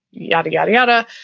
yada, yada, yada.